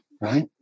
right